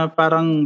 parang